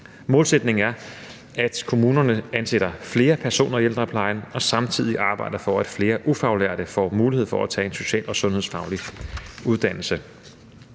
Målsætningen er, at kommunerne ansætter flere personer i ældreplejen og samtidig arbejder for, at flere ufaglærte får mulighed for at tage en social- og sundhedsfaglig uddannelse.